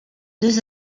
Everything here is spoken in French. deux